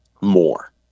more